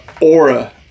aura